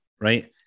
right